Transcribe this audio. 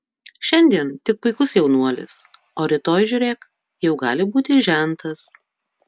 šiandien tik puikus jaunuolis o rytoj žiūrėk jau gali būti žentas